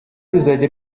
ruzajya